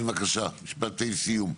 כן, בבקשה, משפטי סיום.